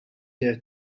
year